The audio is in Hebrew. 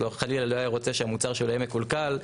חלילה לא היה רוצה שהמוצר שלו יהיה מקולקל,